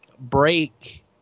break